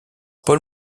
paul